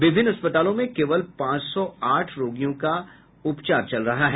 विभिन्न अस्पतालों में केवल पांच सौ आठ रोगियों का उपचार चल रहा है